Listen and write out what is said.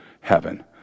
heaven